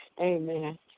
Amen